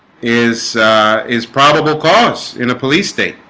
is is probable cause in a police state